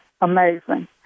amazing